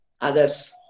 others